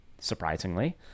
surprisingly